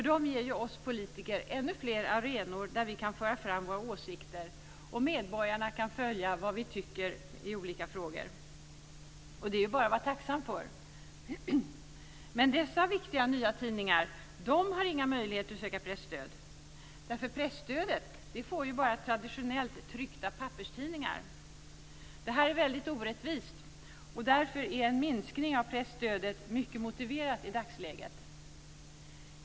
De ger ju oss politiker ännu fler arenor där vi kan föra fram våra åsikter, och medborgarna kan följa vad vi tycker i olika frågor. Det kan vi bara vara tacksamma för. Men dessa viktiga nya tidningar har inga möjligheter att söka presstöd. Presstödet går ju bara till traditionellt tryckta papperstidningar. Detta är väldigt orättvist. Därför är en minskning av presstödet mycket motiverad i dagsläget.